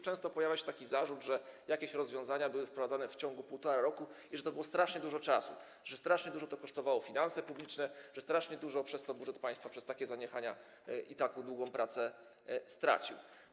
Często pojawia się zarzut, że jakieś rozwiązania były wprowadzane w ciągu 1,5 roku i że to było strasznie dużo czasu, że strasznie dużo to kosztowało finanse publiczne, że strasznie dużo budżet państwa przez takie zaniechania i taką długą pracę stracił.